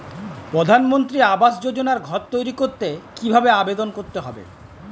প্রধানমন্ত্রী আবাস যোজনায় ঘর তৈরি করতে কিভাবে আবেদন করতে হবে?